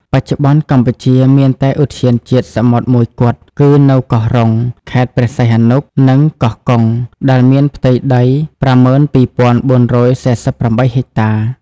បច្ចុប្បន្នកម្ពុជាមានតែឧទ្យានជាតិសមុទ្រមួយគត់ គឺនៅកោះរ៉ុង ខេត្តព្រះសីហនុ និងកោះកុង ដែលមានផ្ទៃដី ៥២,៤៤៨ ហិកតា។